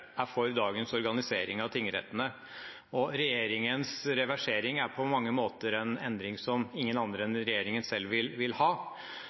er for dagens organisering av tingrettene, og regjeringens reversering er på mange måter en endring som ingen andre enn regjeringen selv vil ha.